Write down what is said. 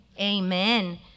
amen